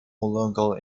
longer